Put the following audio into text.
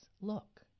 look